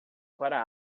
para